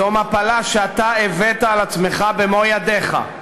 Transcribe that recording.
זו מפלה שאתה הבאת על עצמך במו-ידיך.